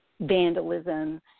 vandalism